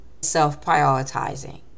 Self-prioritizing